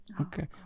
Okay